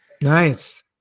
nice